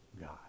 God